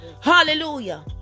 Hallelujah